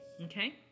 Okay